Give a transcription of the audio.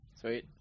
Sweet